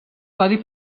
codi